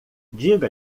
diga